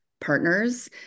partners